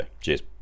Cheers